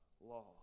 law